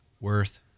worth